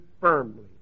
firmly